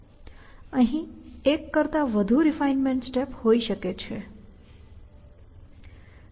અહીં એક કરતા વધુ રિફાઇનમેન્ટ સ્ટેપ હોઈ શકે છે